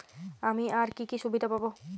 আমি আর কি কি সুবিধা পাব?